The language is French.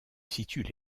situent